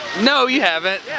no you haven't. yeah